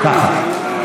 ככה.